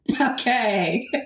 okay